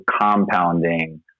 compounding